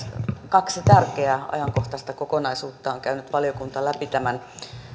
kaksi tärkeää ajankohtaista kokonaisuutta on käynyt valiokunta läpi tämän